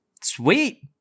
Sweet